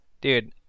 dude